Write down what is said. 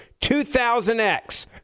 2000X